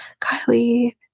Kylie